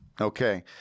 Okay